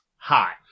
Hi